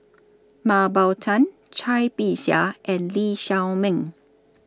Mah Bow Tan Cai Bixia and Lee Shao Meng